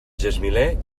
gesmiler